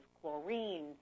chlorine